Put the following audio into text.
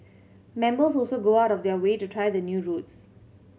members also go out of their way to try the new routes